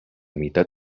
mitad